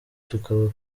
tukaba